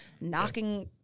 knocking